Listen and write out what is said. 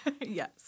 Yes